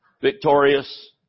victorious